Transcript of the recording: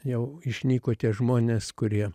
jau išnyko tie žmonės kurie